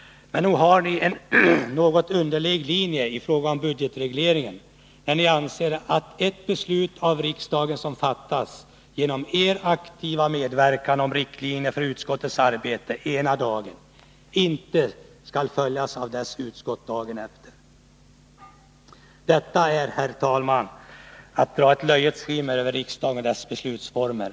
Men nog har ni en något underlig linje i fråga om budgetregleringen när ni anser att det beslut om riktlinjer för utskottens arbete som har fattats av riksdagen ena dagen genom er aktiva medverkan inte skall följas av dessa utskott dagen efter. Detta är, herr talman, att dra ett löjets skimmer över riksdagen och dess beslutsformer.